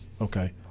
Okay